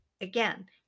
Again